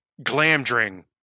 Glamdring